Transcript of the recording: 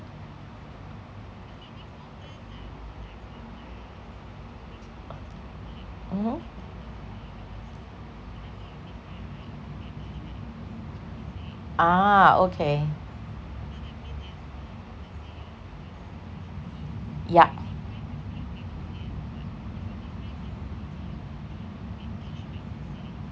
mmhmm ah okay yup